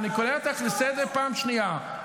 אני קורא אותך לסדר פעם שנייה.